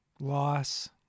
loss